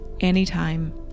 anytime